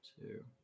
two